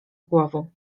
głową